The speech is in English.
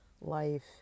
life